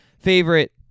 Favorite